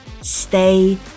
stay